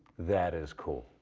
that is cool.